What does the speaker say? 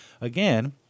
again